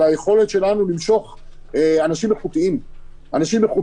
אלא שתהיה לנו יכולת למשוך אנשים איכותיים שיודעים,